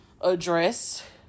address